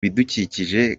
bidukikije